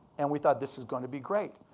and we thought, this is going to be great.